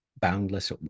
boundless